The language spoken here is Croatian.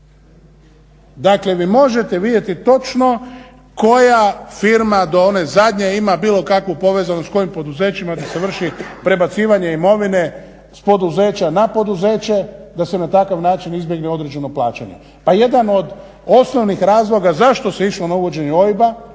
dakle vi možete vidjeti točno koja firma do one zadnje ima bilo kakvu povezanost, s kojim poduzećima, da se vrši prebacivanje imovine s poduzeća na poduzeće, da se na takav način izbjegne određeno plaćanje. Pa jedan od osnovnih razloga zašto se išlo na uvođenje OIB-a,